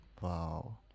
Wow